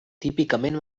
típicament